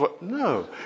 No